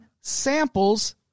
Samples